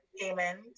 payment